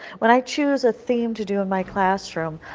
when i choose a theme to do in my classroom,